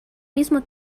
mismo